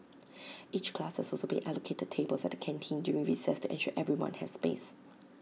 each class has also been allocated tables at the canteen during recess to ensure everyone has space